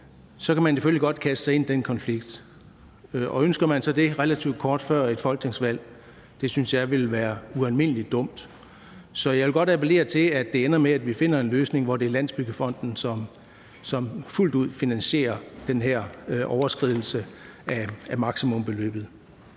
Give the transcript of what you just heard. så kan den selvfølgelig godt kaste sig ind i den konflikt. Ønsker man så det relativt kort før et folketingsvalg? Det synes jeg ville være ualmindelig dumt. Så jeg vil godt appellere til, at det ender med, at vi finder en løsning, hvor det er Landsbyggefonden, som fuldt ud finansierer den her overskridelse af maksimumsbeløbet.